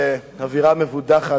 באווירה מבודחת,